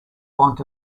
want